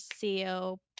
co